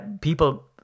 People